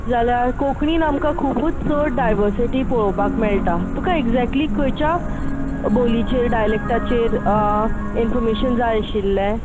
जाल्यार कोंकणीन आमकां खुबूच चड डायवर्सिटी पळोवपाक मेळटा तुका ऍक्झॅक्टली खंयच्या बोलीचेर डायलॅक्टाचेर इनफाॅर्मेशन जाय आशिल्लें